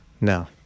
No